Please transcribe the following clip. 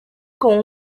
con